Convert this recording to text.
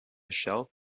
shelf